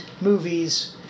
movies